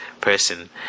person